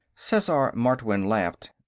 sesar martwynn laughed.